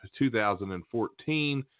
2014